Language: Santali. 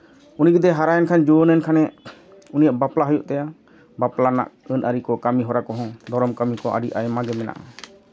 ᱩᱱᱤ ᱡᱩᱫᱤ ᱦᱟᱨᱟᱭᱮᱱ ᱠᱷᱟᱱ ᱡᱩᱣᱟᱹᱱ ᱮᱱ ᱠᱷᱟᱱᱮ ᱩᱱᱤᱭᱟᱜ ᱵᱟᱯᱞᱟ ᱦᱩᱭᱩᱜ ᱛᱟᱭᱟ ᱵᱟᱯᱞᱟ ᱨᱮᱱᱟᱜ ᱟᱹᱱ ᱟᱹᱨᱤ ᱠᱚ ᱠᱟᱹᱢᱤᱦᱚᱨᱟ ᱠᱚᱦᱚᱸ ᱫᱷᱚᱨᱚᱢ ᱠᱟᱹᱢᱤ ᱠᱚ ᱟᱹᱰᱤ ᱟᱭᱢᱟᱜᱮ ᱢᱮᱱᱟᱜᱼᱟ